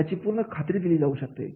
याची पूर्ण खात्री दिली जाऊ शकते